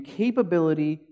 capability